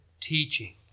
teaching